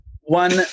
one